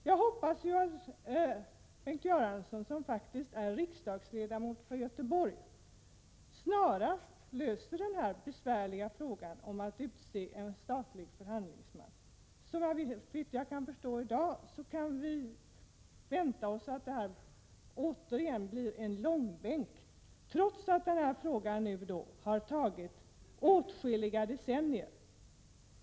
Jag hoppas att Bengt Göransson, som faktiskt är riksdagsledamot för Göteborg, snarast löser frågan om att utse en statlig förhandlingsman. Såvitt man kan förstå i dag kan vi vänta oss att detta återigen blir en långbänk, trots att denna fråga redan tagit åtskilliga decennier.